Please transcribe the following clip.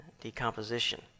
decomposition